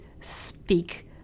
speak